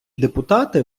депутати